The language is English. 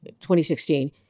2016